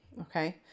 Okay